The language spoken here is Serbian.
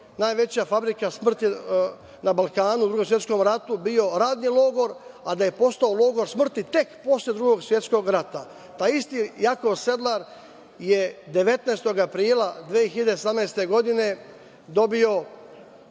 najveća fabrika smrti na Balkanu u Drugom svetskom ratu bio radni logor, a da je postao logor smrti tek posle Drugog svetskog rata. Taj isti Jakov Sedlar je 19. aprila 2018. godine dobio